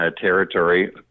territory